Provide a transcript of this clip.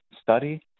study